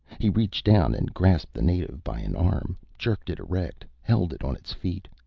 he reached down and grasped the native by an arm, jerked it erect, held it on its feet.